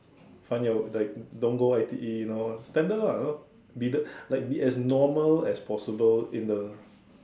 find your like don't go I_T_E you know standard lah be the like be as normal as possible in the